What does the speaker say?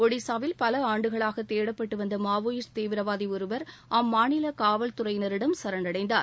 ஒடிசாவில் பல ஆண்டுகளாக தேடப்பட்டு வந்த மாவோயிஸ்ட் தீவிரவாதி ஒருவர் அம்மாநில காவல்துறையினரிடம் சரணடைந்தார்